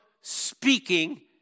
speaking